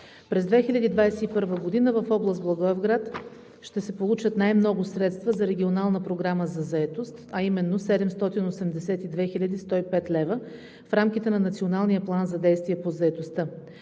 През 2021 г. в област Благоевград ще се получат най-много средства за Регионалната програма за заетост, а именно 782 хил. 105 лв. в рамките на Националния план за действие по заетостта.